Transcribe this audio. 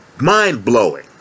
Mind-blowing